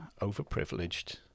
overprivileged